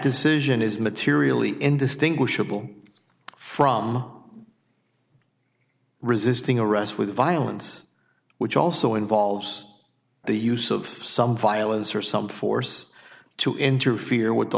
decision is materially indistinguishable from resisting arrest with violence which also involves the use of some violence or some force to interfere with the